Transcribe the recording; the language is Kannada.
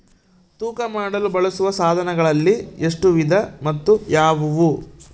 ತೂಕ ಮಾಡಲು ಬಳಸುವ ಸಾಧನಗಳಲ್ಲಿ ಎಷ್ಟು ವಿಧ ಮತ್ತು ಯಾವುವು?